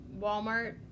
walmart